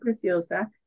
Preciosa